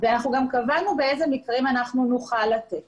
אנחנו גם קבענו באיזה מקרים נוכל לתת